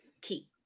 Key